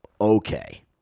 okay